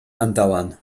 andauern